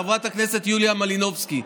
חברת הכנסת יוליה מלינובסקי.